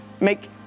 make